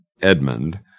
Edmund